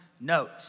note